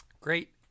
Great